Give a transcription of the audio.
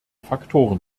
faktoren